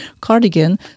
cardigan